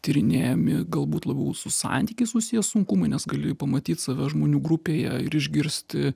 tyrinėjami galbūt labiau su santykiais susiję sunkumai nes gali pamatyt save žmonių grupėje ir išgirsti